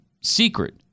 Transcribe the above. secret